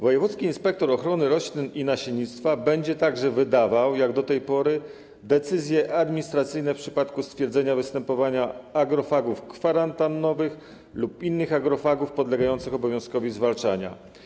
Wojewódzki inspektor ochrony roślin i nasiennictwa będzie także wydawał, jak do tej pory, decyzje administracyjne w przypadku stwierdzenia występowania agrofagów kwarantannowych lub innych agrofagów podlegających obowiązkowi zwalczania.